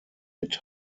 mit